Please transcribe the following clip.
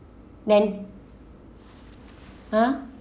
then !huh!